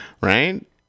Right